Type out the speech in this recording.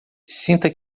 sinta